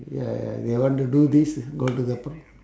ya ya they want to do these go to the par~